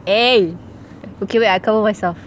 eh okay wait I cover myself